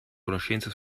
conoscenze